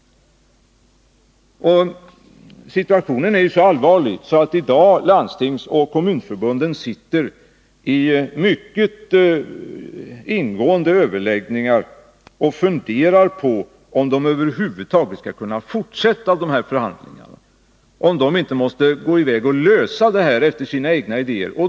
Situationen är nu så allvarlig att Landstingsförbundet och Kommunförbundet sitter i mycket ingående överläggningar och funderar på om de över huvud taget skall kunna fortsätta förhandlingarna med SJ eller om de måste lösa problemen efter sina egna idéer.